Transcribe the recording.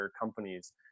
companies